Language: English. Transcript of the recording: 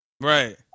Right